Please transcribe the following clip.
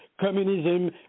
communism